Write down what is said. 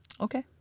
Okay